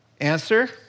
Answer